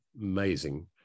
amazing